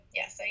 yes